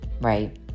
right